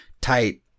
tight